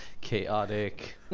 chaotic